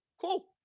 Cool